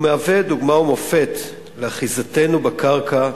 ומהווה דוגמה ומופת לאחיזתנו בקרקע,